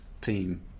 team